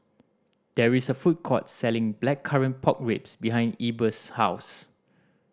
there is a food court selling Blackcurrant Pork Ribs behind Eber's house